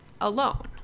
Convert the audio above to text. alone